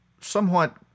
somewhat